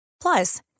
Plus